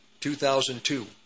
2002